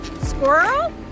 Squirrel